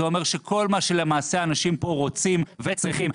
זה אומר שכל מה שלמעשה אנשים פה רוצים וצריכים,